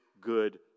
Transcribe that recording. good